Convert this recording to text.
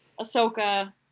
Ahsoka